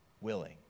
willing